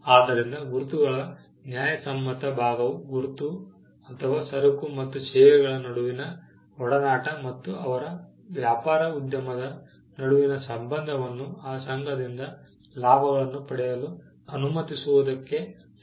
ಆದ್ದರಿಂದ ಗುರುತುಗಳ ನ್ಯಾಯಸಮ್ಮತ ಭಾಗವು ಗುರುತು ಅಥವಾ ಸರಕು ಮತ್ತು ಸೇವೆಗಳ ನಡುವಿನ ಒಡನಾಟ ಮತ್ತು ಅವರ ವ್ಯಾಪಾರ ಉದ್ಯಮದ ನಡುವಿನ ಸಂಬಂಧವನ್ನು ಆ ಸಂಘದಿಂದ ಲಾಭಗಳನ್ನು ಪಡೆಯಲು ಅನುಮತಿಸುವುದಕ್ಕೆ ಸಂಬಂಧಿಸಿದೆ